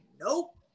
nope